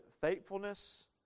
faithfulness